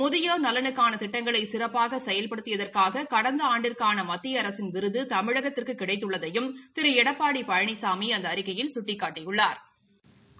முதியோர் நலனுக்கான திட்டங்களை சிறப்பாக செயல்படுத்தியதற்காக கடந்த ஆண்டிற்கான மத்திய அரசின் விருது தமிழகத்திற்கு கிடைத்துள்ளதையும் திரு எடப்பாடி பழனிளமி அந்த அஅழிக்கையில் சுட்டிக்காட்டியுள்ளாா்